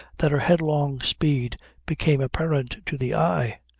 that her headlong speed became apparent to the eye.